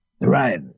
Right